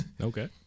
Okay